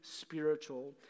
spiritual